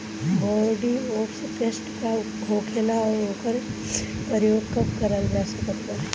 Bordeaux paste का होखेला और ओकर प्रयोग कब करल जा सकत बा?